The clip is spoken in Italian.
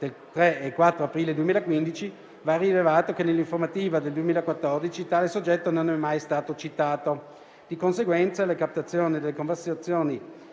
(del 3 e 4 aprile 2015), va rilevato che nell'informativa del 2014 tale soggetto non è mai stato citato. Di conseguenza, la captazione delle conversazioni